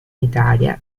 italia